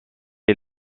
est